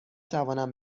توانم